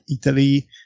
Italy